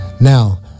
Now